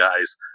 guys